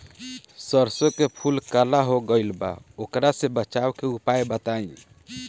सरसों के फूल काला हो गएल बा वोकरा से बचाव के उपाय बताई?